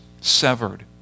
severed